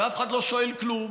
ואף אחד לא שואל כלום,